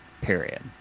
period